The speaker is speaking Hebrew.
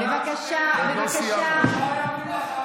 עוד לא סיימנו.